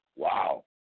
Wow